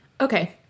Okay